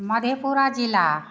मधेपुरा जिला